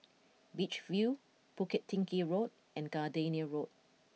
Beach View Bukit Tinggi Road and Gardenia Road